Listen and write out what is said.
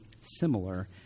similar